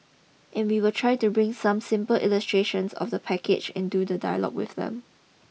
and we will try to bring some simple illustrations of the package and do the dialogue with them